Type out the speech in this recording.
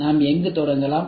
நாம் எங்கு தொடங்கலாம்